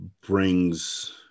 brings